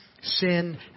sin